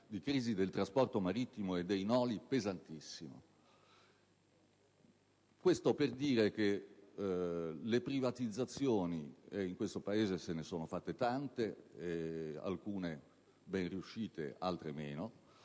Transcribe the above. crisi del trasporto marittimo e dei noli come questo. Ciò, per dire che le privatizzazioni (e in questo Paese se ne sono fatte tante, alcune ben riuscite, altre